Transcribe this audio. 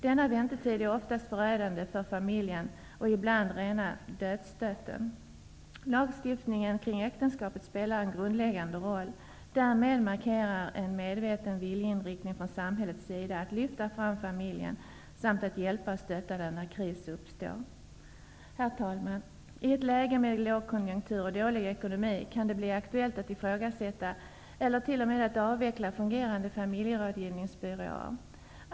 Denna väntetid är oftast förödande för familjen -- ja, ibland rena dödsstöten för den. Lagstiftningen kring äktenskapet spelar en grundläggande roll. Därmed markeras en medveten viljeinriktning från samhällets sida att lyfta fram familjen samt att hjälpa och stötta den när kris uppstår. Herr talman! I ett läge med lågkonjunktur och dålig ekonomi kan det bli aktuellt att ifrågasätta eller t.o.m. avveckla fungerande familjerådgivningsbyråer.